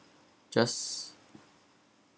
just